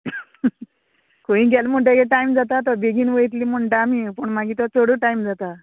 खंय गेले म्हणटगीर टायम जाता तो बेगीन वयतली म्हणटा आमी पूण मागीर तो चडू टायम जाता